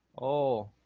oh